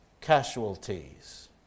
casualties